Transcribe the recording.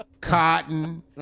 cotton